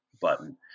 button